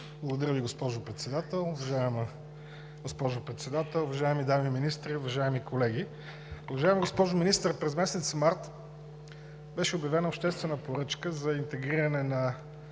Уважаема госпожо Председател, уважаеми дами министри, уважаеми колеги! Уважаема госпожо Министър, през месец март беше обявена обществена поръчка за интегриране на